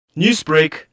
Newsbreak